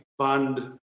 fund